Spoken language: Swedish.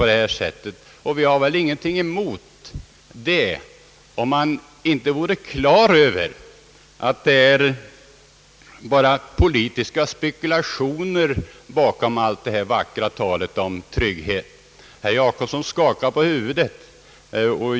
Det hade vi väl ingenting emot, om vi inte vore på det klara med att det är bara politiska spekulationer bakom allt detta vackra tal om trygghet. Herr Jacobsson skakar på huvudet.